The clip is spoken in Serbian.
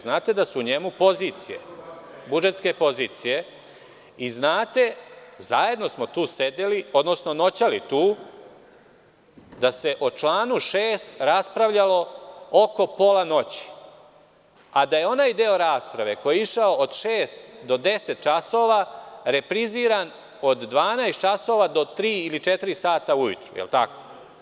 Znate da su u njemu budžetske pozicije, zajedno smo tu sedeli, odnosno noćali tu, da se o članu 6. raspravljalo oko pola noći, a da je onaj deo rasprave koji je išao od šest do deset časova repriziran od 12 časova do tri ili četiri sata ujutru, jel tako?